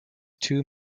two